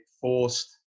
forced